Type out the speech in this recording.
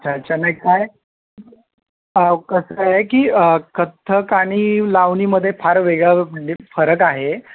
अच्छा नाही काय अहो कसं आहे की कथ्थक आणि लावणीमध्ये फार वेगळा म्हणजे फरक आहे